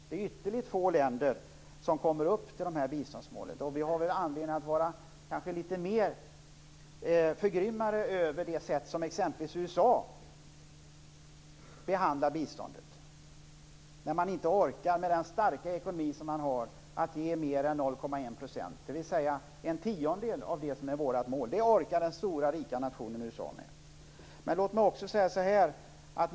Det är ytterligt få länder som kommer upp till vårt biståndsmål. Vi har anledning att vara mera förgrymmade över det sätt på vilket t.ex. USA behandlar biståndet. Med den starka ekonomi som man har där orkar man ändå inte ge mer än 0,1 %, dvs. en tiondel av vårt mål. Det är vad den stora rika nationen USA orkar med.